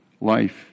life